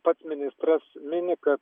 pats ministras mini kad